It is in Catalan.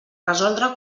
resoldre